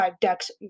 decks